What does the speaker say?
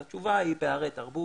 אז התשובה היא פערי תרבות,